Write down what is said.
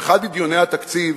באחד מדיוני התקציב,